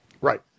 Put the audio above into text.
Right